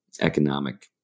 economic